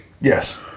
Yes